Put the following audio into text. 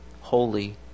holy